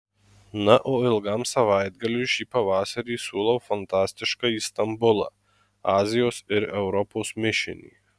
na o ilgam savaitgaliui šį pavasarį siūlau fantastiškąjį stambulą azijos ir europos mišinį